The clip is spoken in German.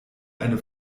eine